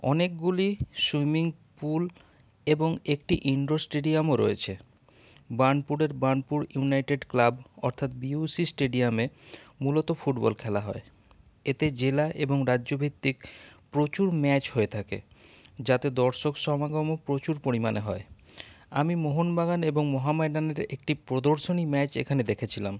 অনেকগুলি swimming pool এবং একটি ইনডোর স্টেডিয়ামও রয়েছে বার্নপুরের বার্নপুর ইউনাইটেড ক্লাব অর্থাৎ বিওশি স্টেডিয়ামে মূলত ফুটবল খেলা হয় এতে জেলা এবং রাজ্যভিত্তিক প্রচুর ম্যাচ হয়ে থাকে যাতে দর্শক সমাগমও প্রচুর পরিমানে হয় আমি মোহনবাগান এবং মহাম্যাডেনের একটি প্রদর্শনী ম্যাচ এখানে দেখেছিলাম